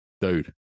dude